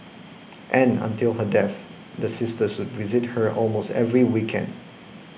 and until her death the sisters should visit her almost every weekend